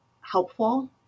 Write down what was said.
helpful